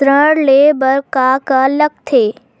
ऋण ले बर का का लगथे?